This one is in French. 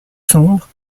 sombres